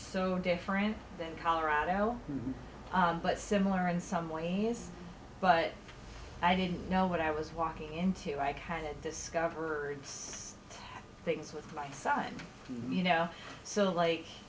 so different than colorado but similar in some ways but i didn't know what i was walking into i kind of discover things with my son you know so like